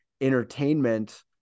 entertainment